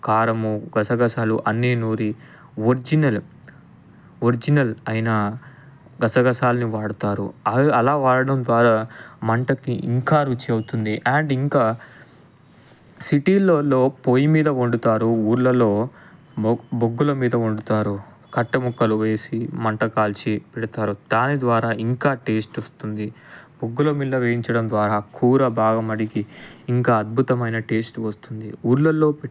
కారము గసగసాలు అన్నీ నూరి ఒరిజినల్ ఒరిజినల్ అయిన గసగసాలని వాడుతారు అలా వాడడం ద్వారా మంటకి ఇంకా రుచి అవుతుంది అండ్ ఇంకా సిటీలలో పొయ్యి మీద వండుతారు ఊళ్ళలో బొగ్గు బొగ్గుల మీద వండుతారు కట్ట ముక్కలు వేసి మంట కాల్చి పెడతారు దాని ద్వారా ఇంకా టేస్ట్ వస్తుంది బొగ్గుల మీద వేయించడం ద్వారా కూర బాగా ఉడికి ఇంకా అద్భుతమైన టేస్ట్ వస్తుంది ఊళ్ళలో పెట్టే